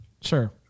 sure